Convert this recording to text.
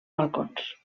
balcons